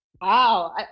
wow